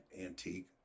antique